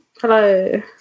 Hello